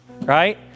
right